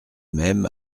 même